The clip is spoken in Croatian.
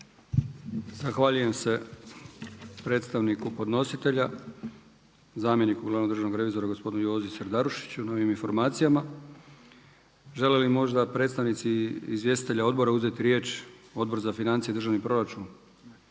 Zahvaljujem se predstavniku podnositelja, zamjeniku glavnog državnog revizora gospodinu Jozi Serdarušiću na ovim informacijama. Žele li možda predstavnici izvjestitelja odbora uzeti riječ? Odbor za financije i državni proračun?